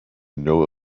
know